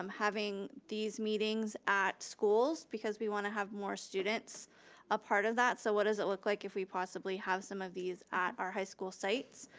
um having these meetings at schools because we want to have more students a part of that. so what does it look like if we possibly have some of these at our high school sites,